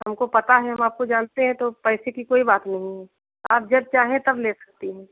हमको पता है हम आपको जानते हैं तो पैसे की कोई बात नहीं है आप जब चाहें तब ले सकती हैं